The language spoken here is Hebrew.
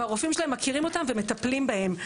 והרופאים שלהם מכירים אותם ומטפלים בהם.